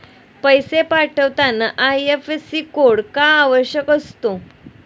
पैसे पाठवताना IFSC code का आवश्यक असतो?